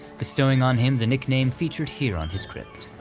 bestowing on him the nickname featured here on his crypt.